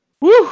Woo